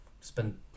spend